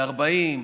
ל-40,